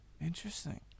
Interesting